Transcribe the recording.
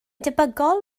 debygol